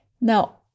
Now